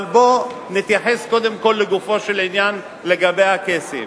אבל בואו נתייחס קודם כול לגופו של עניין לגבי הקייסים.